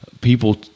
people